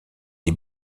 des